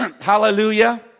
Hallelujah